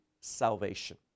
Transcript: salvation